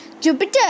Jupiter